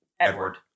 Edward